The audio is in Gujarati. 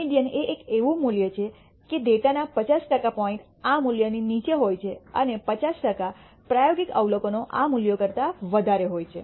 મીડીઅન એક એવું મૂલ્ય છે કે ડેટાના 50 ટકા પોઇન્ટ આ મૂલ્યની નીચે હોય છે અને 50 ટકા પ્રાયોગિક અવલોકનો આ મૂલ્ય કરતા વધારે હોય છે